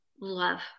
love